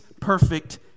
perfect